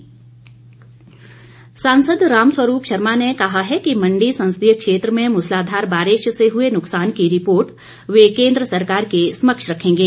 रामस्वरूप सांसद रामस्वरूप शर्मा ने कहा है कि मंडी संसदीय क्षेत्र में मूसलाधार बारिश से हुए नुक्सान की रिपोर्ट वे केंद्र सरकार के समक्ष रखेंगे